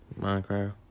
Minecraft